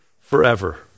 forever